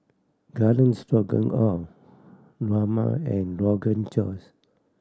Garden Stroganoff Rajma and Rogan Josh